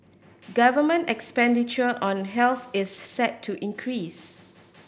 government expenditure on health is set to increase